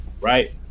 right